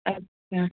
अच्छा